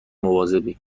مواظبی